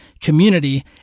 community